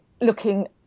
looking